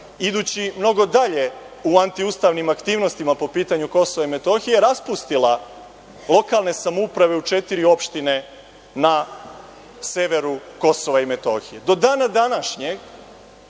idući mnogo dalje u antiustavnim aktivnostima po pitanju KiM, raspustila lokalne samouprave u četiri opštine na severu KiM. Do dana današnjeg